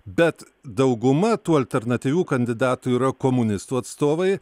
bet dauguma tų alternatyvių kandidatų yra komunistų atstovai